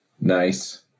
Nice